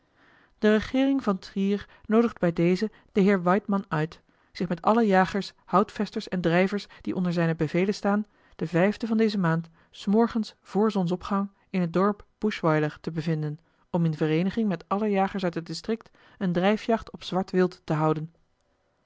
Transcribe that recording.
regeering van trier noodigt bij dezen den heer waidmann uit zich met alle jagers houtvesters en drijvers die onder zijne bevelen staan den vijfden van deze maand s morgens voor zonsopgang in het dorp buschweiler te bevinden om in vereeniging met alle jagers uit het district eene drijfjacht op zwart wild te houden